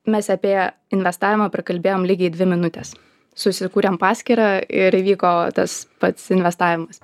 mes apie investavimą prakalbėjom lygiai dvi minutes susikūrėm paskyrą ir įvyko tas pats investavimas